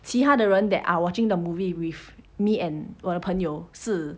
其他的人 that are watching the movie with me and 我的朋友是